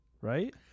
Right